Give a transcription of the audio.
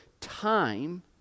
Time